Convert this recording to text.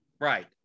right